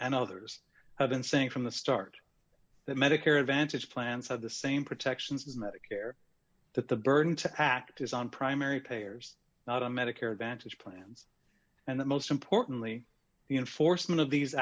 and others have been saying from the start that medicare advantage plans have the same protections as medicare that the burden to act is on primary payers not a medicare advantage plans and the most importantly the enforcement of these